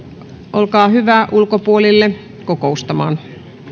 olkaa hyvä ulkopuolelle kokoustamaan